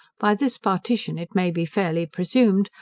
by this partition it may be fairly presumed,